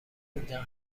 میدم